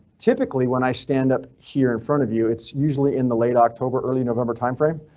typically when i stand up here in front of you, it's usually in the late october early november timeframe,